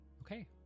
okay